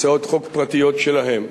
הצעות חוק פרטיות שלהם.